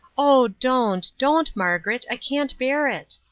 oh, don't don't, margaret! i can't bear it!